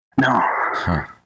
No